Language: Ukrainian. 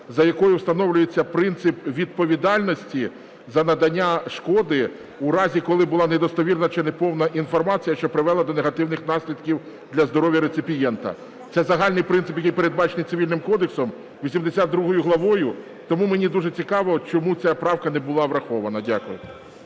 за якою встановлюється принцип відповідальності за надання шкоди в разі, коли була недостовірна, чи неповна інформація, що привела до негативних наслідків для здоров'я реципієнта? Це загальний принцип, який передбачений Цивільний кодексом, 82 главою, тому мені дуже цікаво, чому ця правка не була врахована? Дякую.